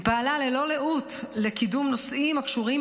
היא פעלה ללא לאות לקידום הנושאים הקשורים